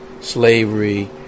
slavery